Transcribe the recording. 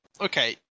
okay